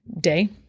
day